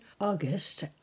August